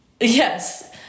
Yes